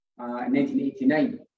1989